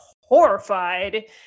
horrified